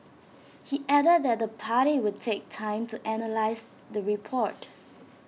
he added that the party would take time to analyse the report